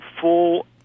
full